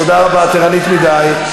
תודה רבה, את ערנית מדי.